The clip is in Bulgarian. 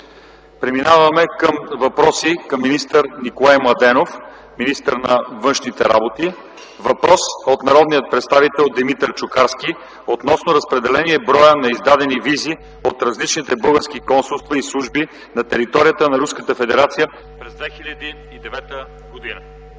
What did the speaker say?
Преминаваме към въпроси към Николай Младенов – министър на външните работи. Следва въпрос от народния представител Димитър Чукарски относно разпределението на броя на издадени визи от различните български консулства и служби на територията на Руската федерация